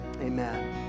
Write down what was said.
Amen